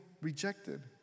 rejected